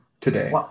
today